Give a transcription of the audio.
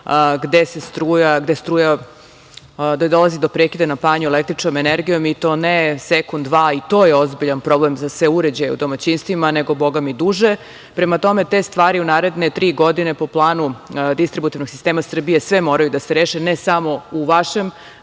nažalost, gde dolazi do prekida napajanja električnom energijom i to ne sekund dva, i to je ozbiljan problem, za sve uređaje u domaćinstvima, nego bogami duže. Prema tome, te stvari u naredne tri godine po planu distributivnog sistema Srbije sve moraju da se reše, ne samo u vašem